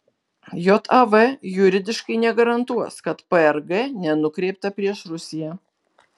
jav juridiškai negarantuos kad prg nenukreipta prieš rusiją